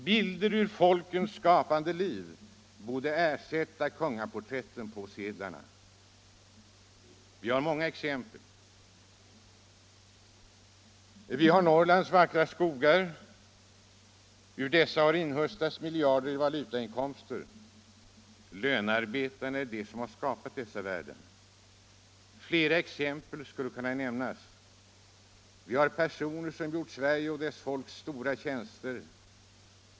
Bilder ur folkets skapande liv borde därför ersätta kungaporträtten på sedlarna. Vi har många exempel. Vi har Norrlands vackra skogar. Ur dem har inhöstats miljarder i valutainkomster. Lönearbetarna är de som har skapat dessa värden. Flera exempel skulle kunna lämnas. Vi har personer som gjort Sverige och dess folk stora tjänster.